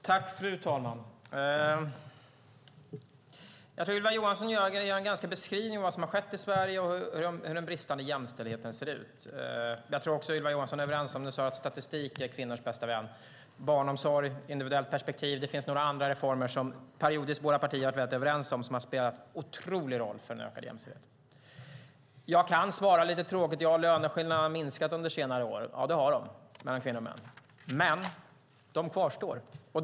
Fru talman! Jag tycker att Ylva Johansson ger en ganska bra beskrivning av vad som har skett i Sverige och hur den bristande jämställdheten ser ut. Hon sade också att statistik är kvinnors bästa vän. Det finns dock några andra reformer som våra partier periodvis har varit väldigt överens om som har spelat en otrolig roll för en ökad jämställdhet, till exempel barnomsorg, individuellt perspektiv och så vidare. Jag kan svara lite tråkigt att löneskillnaderna mellan kvinnor och män har minskat under senare år.